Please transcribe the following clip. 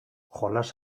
jolas